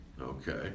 Okay